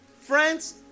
Friends